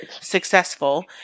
successful